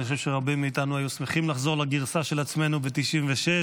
אני חושב שרבים מאיתנו היו שמחים לחזור לגרסה של עצמנו ב-1996,